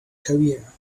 career